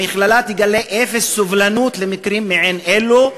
המכללה תגלה אפס סובלנות למקרים מעין אלו,